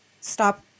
stop